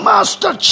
Master